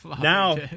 Now